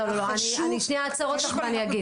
לא, לא, אני שנייה אעצור אותך ואני אגיד.